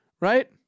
Right